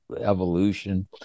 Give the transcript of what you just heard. evolution